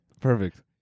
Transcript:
Perfect